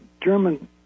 German